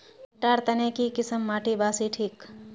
भुट्टा र तने की किसम माटी बासी ठिक?